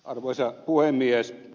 arvoisa puhemies